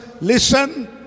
listen